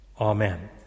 Amen